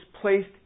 placed